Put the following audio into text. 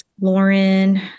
Lauren